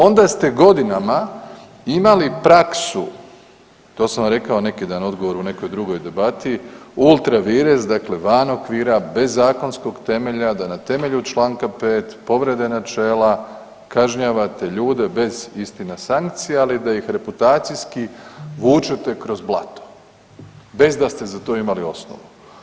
Onda ste godinama imali praksu, to sam vam rekao neki dan u odgovoru u nekoj drugoj debati ultra vires dakle van okvira, bez zakonskog temelja da na temelju članka 5. povrede načela kažnjavate ljude bez istina sankcija ali da ih reputacijski vučete kroz blato bez da ste za to imali osnovu.